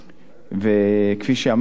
וכפי שאמרתי,